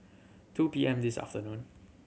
two P M this afternoon